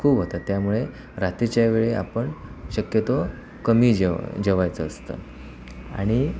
खूप होतात त्यामुळे रात्रीच्या वेळी आपण शक्यतो कमी जेव जेवायचं असतं आणि